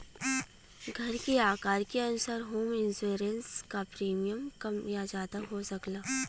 घर के आकार के अनुसार होम इंश्योरेंस क प्रीमियम कम या जादा हो सकला